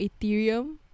Ethereum